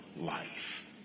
life